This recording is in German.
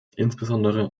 insbesondere